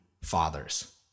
fathers